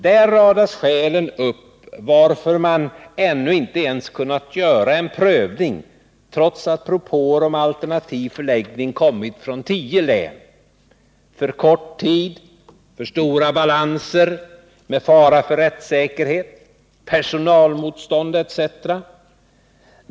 Där radas skälen upp varför man ännu inte ens kunnat göra en prövning trots att propåer om alternativ förläggning kommit från tio län — för kort tid, för stora balanser med fara för rättssäkerhet, personalmotstånd etc.